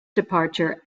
departure